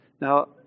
Now